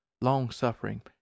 long-suffering